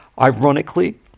Ironically